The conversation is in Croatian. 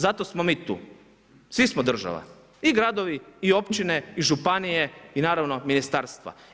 Zato smo mi tu, svi smo država i gradovi i općine i županije i naravno ministarstva.